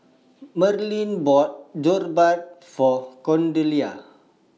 Merrill bought Jokbal For Cordelia